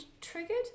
triggered